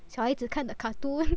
小孩子看的 cartoon